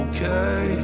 Okay